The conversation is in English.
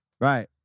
Right